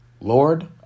Lord